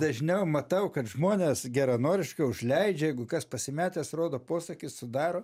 dažniau matau kad žmonės geranoriškai užleidžia jeigu kas pasimetęs rodo posūkį sudaro